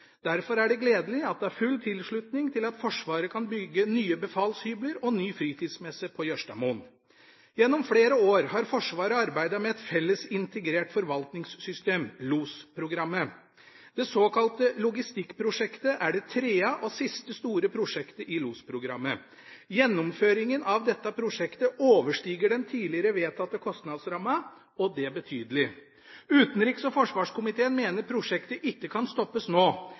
Derfor er det gledelig at det er full tilslutning til at Forsvaret kan bygge nye befalshybler og ny fritidsmesse på Jørstadmoen Gjennom flere år har Forsvaret arbeidet med et felles integrert forvaltningssystem – LOS-programmet. Det såkalte Logistikkprosjektet er det tredje og siste store prosjektet i LOS-programmet. Gjennomføringen av dette prosjektet overstiger den tidligere vedtatte kostnadsrammen, og det betydelig. Utenriks- og forsvarskomiteen mener prosjektet ikke kan stoppes nå,